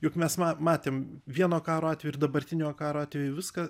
juk mes matėm vieno karo atveju dabartinio karo atveju viską